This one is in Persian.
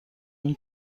اون